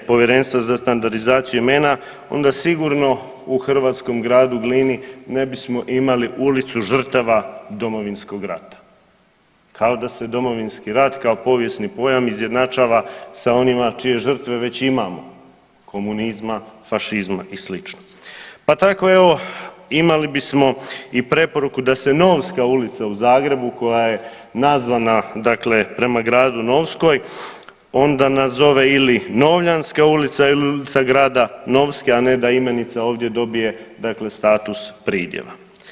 Povjerenstvo za standardizaciju imena, onda sigurno u hrvatskom gradu Glini ne bismo imali Ulicu žrtava Domovinskog rata, kao da se Domovinski rat kao povijesni pojam izjednačava sa onima čije žrtve već imamo, komunizma, fašizma i sl., pa tako evo, imali bismo i preporuku da se Novska ulica u Zagrebu koja je nazvana dakle prema gradu Novskoj, onda nazove ili Novljanska ulicama ili Ulica grada Novske, a ne da imenica ovdje dobije, dakle, status pridjeva.